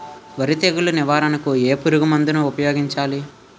వరి తెగుల నివారణకు ఏ పురుగు మందు ను ఊపాయోగించలి?